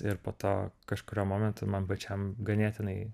ir po to kažkuriuo momentu man pačiam ganėtinai